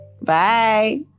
Bye